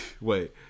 Wait